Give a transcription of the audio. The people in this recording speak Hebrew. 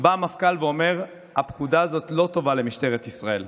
בא המפכ"ל ואומר: הפקודה הזאת לא טובה למשטרת ישראל.